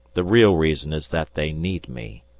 the real reason is that they need me.